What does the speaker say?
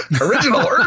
original